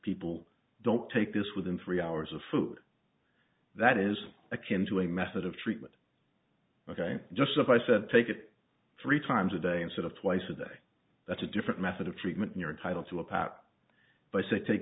people don't take this within three hours of food that is akin to a method of treatment ok just as i said take it three times a day instead of twice a day that's a different method of treatment you're entitled to a pap by say take